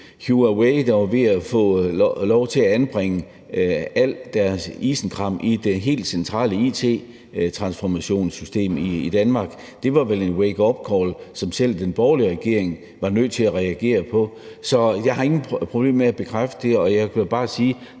Huawei var ved at få lov til at anbringe alt deres isenkram i det helt centrale it-transformationssystem i Danmark. Det var vel et wakeupcall, som selv den borgerlige regering var nødt til at reagere på. Så jeg har ingen problemer med at bekræfte det, og jeg kan jo bare sige,